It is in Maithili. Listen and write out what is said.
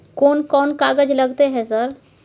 कोन कौन कागज लगतै है सर?